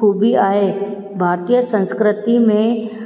ख़ूबी आहे भारतीय संस्कृतीअ में